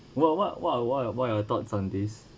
what what what what are your what are your thoughts on this